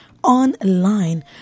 online